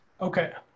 Okay